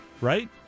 right